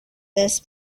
this